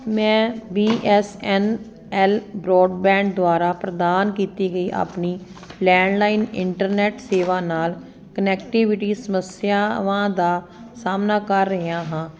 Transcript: ਮੈਂ B S N L broadband ਦੁਆਰਾ ਪ੍ਰਦਾਨ ਕੀਤੀ ਗਈ ਆਪਣੀ ਲੈਂਡਲਾਈਨ ਇੰਟਰਨੈਟ ਸੇਵਾ ਨਾਲ ਕਨੈਕਟੀਵਿਟੀ ਸਮੱਸਿਆਵਾਂ ਦਾ ਸਾਹਮਣਾ ਕਰ ਰਿਹਾ ਹਾਂ